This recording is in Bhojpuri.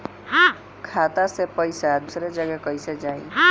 खाता से पैसा दूसर जगह कईसे जाई?